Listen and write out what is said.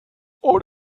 und